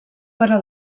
però